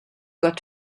got